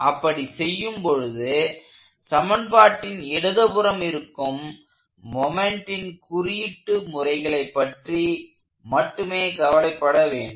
அப்படி செய்யும் பொழுது சமன்பாட்டின் இடது புறம் இருக்கும் மொமெண்ட்டின் குறியீட்டு முறைகளைப் பற்றி மட்டுமே கவலைப்பட வேண்டும்